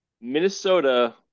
Minnesota